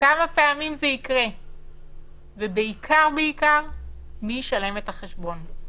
כמה פעמים זה יקרה ובעיקר, מי ישלם את החשבון?